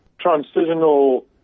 transitional